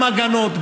גם הגנות,